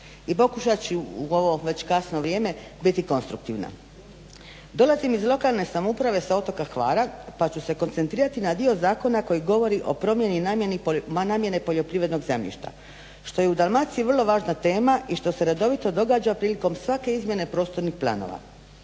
i pokušat ću već u ovo kasno vrijeme biti konstruktivna. Dolazim iz lokalne samouprave sa otoka Hvara pa ću se konceptirati na dio zakona koji govori o promjeni i namjene poljoprivrednog zemljišta što je u Dalmaciji vrlo važna tema i što se redovito događa prilikom svake izmjene prostornih planova.